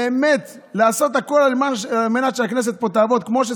ולעשות הכול על מנת שהכנסת תעבוד כמו שצריך.